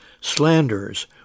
slanders